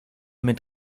mit